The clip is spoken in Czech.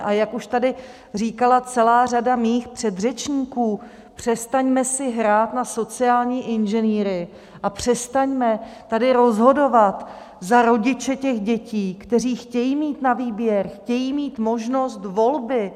A jak už tady říkala celá řada mých předřečníků, přestaňme si hrát na sociální inženýry a přestaňme tady rozhodovat za rodiče těch dětí, kteří chtějí mít na výběr, chtějí mít možnost volby.